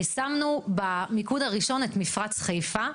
שמנו במיקוד הראשון את מפרץ חיפה,